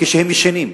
כשהם ישנים.